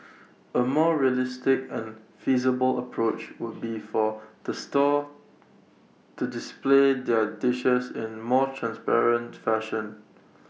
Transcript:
A more realistic and feasible approach would be for the stall to display their dishes in more transparent fashion